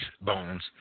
Bones